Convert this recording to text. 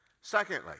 Secondly